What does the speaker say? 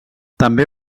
també